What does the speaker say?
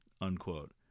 unquote